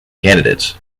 candidates